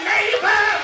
Neighbor